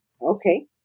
Okay